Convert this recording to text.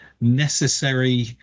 necessary